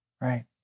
Right